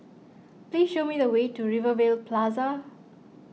please show me the way to Rivervale Plaza